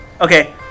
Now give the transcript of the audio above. Okay